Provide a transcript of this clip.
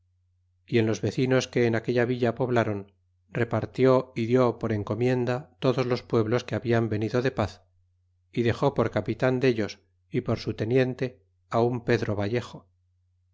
y en los vecinos que en aquella villa poblaron repartió y die por encomienda todos los p ueblos que habian venido de paz y dexe por capitan dellos y por su teniente á un pedro vallejo